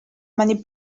many